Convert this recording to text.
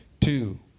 two